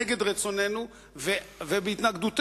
נגד רצוננו ובהתנגדותנו,